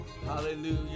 Hallelujah